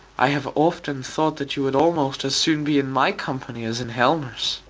i have often thought that you would almost as soon be in my company as in helmer's.